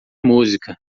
música